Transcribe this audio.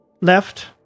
Left